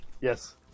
Yes